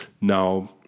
now